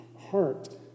heart